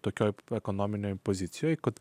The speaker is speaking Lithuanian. tokioje ekonominėje pozicijoje kad